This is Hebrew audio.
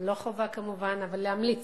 לא חובה, כמובן, אבל להמליץ,